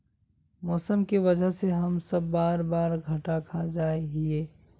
मौसम के वजह से हम सब बार बार घटा खा जाए हीये?